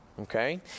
okay